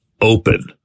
open